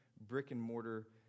brick-and-mortar